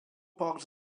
pocs